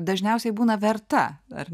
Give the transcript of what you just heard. dažniausiai būna verta ar